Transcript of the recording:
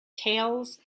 tails